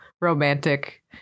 romantic